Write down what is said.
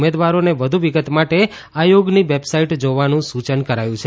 ઉમેદવારોને વધુ વિગત માટે આયોગની વેબ સાઈટ જોવાનું સૂચન કરાયું છે